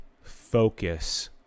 focus